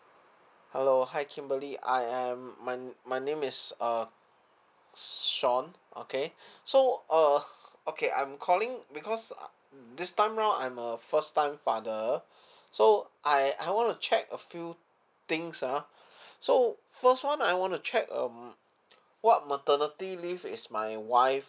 hello hi kimberly I am my my name is uh shawn okay so uh okay I'm calling because uh this time round I'm a first time father so I I want to check a few things ah so first [one] I want to check um what maternity Ieave is my wife